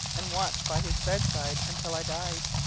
and watch by his bedside until i died.